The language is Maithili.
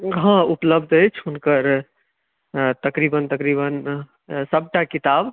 हँ उपलब्ध तऽ अछि हुनकर तकरीबन तकरीबन सभटा किताब